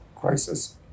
crisis